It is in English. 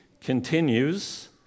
continues